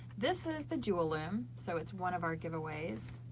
this is the jewel loom. so it's one of our giveaways.